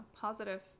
positive